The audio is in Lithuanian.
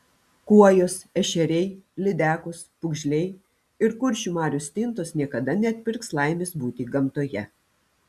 kuojos ešeriai lydekos pūgžliai ir kuršių marių stintos niekada neatpirks laimės būti gamtoje